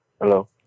Hello